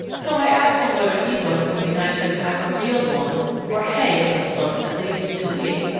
so i asked him whether he thought it would be nicer to have a real lawn or hay on the slope that leads to the gate.